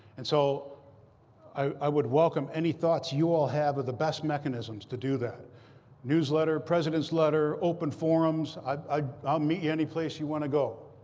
and so i would welcome any thoughts you all have of the best mechanisms to do that newsletter, president's letter, open forums. i'll meet you anyplace you want to go.